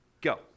Go